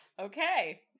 Okay